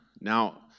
Now